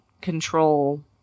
control